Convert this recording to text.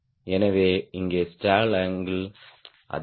எனவே இங்கே stall angle அதிகம்